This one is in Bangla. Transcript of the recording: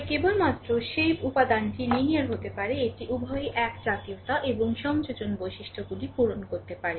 তবে কেবলমাত্র সেই উপাদানটিই লিনিয়ার হতে পারে এটি উভয়ই একজাতীয়তা এবং সংযোজন বৈশিষ্ট্যগুলি পূরণ করতে পারে